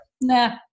nah